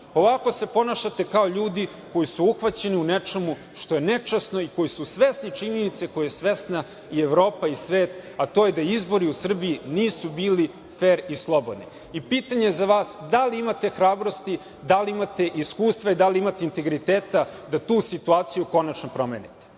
Ovako se ponašate kao ljudi koji su uhvaćeni u nečemu što je nečasno i koji su svesni činjenice koje je svesna i Evropa i svet, a to je da izbori u Srbiji nisu bili fer i slobodni. Pitanje za vas – da li imate hrabrosti, da li imate iskustva i da li imate integriteta da tu situaciju konačno promenite?